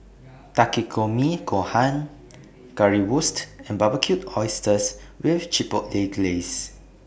Takikomi Gohan Currywurst and Barbecued Oysters with Chipotle Glaze